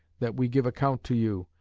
that we give account to you,